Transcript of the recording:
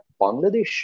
Bangladesh